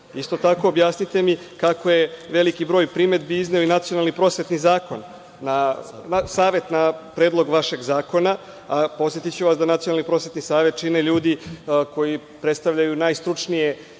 tako, objasnite mi kako je veliki broj primedbi izneo i Nacionalni prosvetni savet na predlog vašeg zakona? A, podsetiću vas da Nacionalni prosvetni savet čine ljudi koji predstavljaju najstručnije